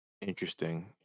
interesting